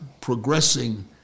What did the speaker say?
progressing